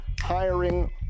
hiring